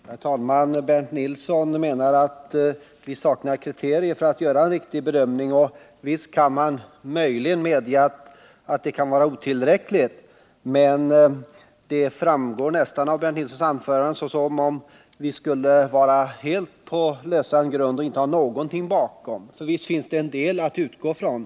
Herr talman! Bernt Nilsson menar att vi saknar kriterier för att göra en riktig bedömning. Visst kan man möjligen medge att kriterierna är otillräckliga, men Bernt Nilssons anförande ger nästan sken av att vi skulle stå på lösan grund och inte ha något att stödja oss på. Det är inte korrekt, för visst finns det en del att utgå från.